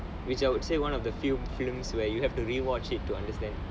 which I would say one of the few films where you have to rewatch it to understand